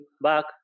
back